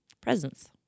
presence